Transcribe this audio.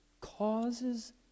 causes